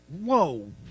whoa